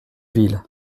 ville